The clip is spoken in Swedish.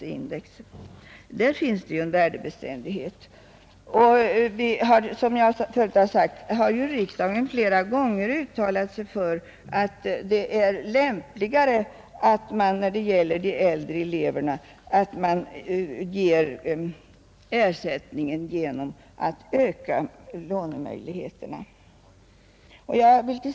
Där finns det alltså värdebeständighet. Som jag förut har nämnt har riksdagen flera gånger uttalat att det är lämpligare att man när det gäller de äldre eleverna ger ersättningen i form av ökade lånemöjligheter.